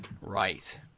Right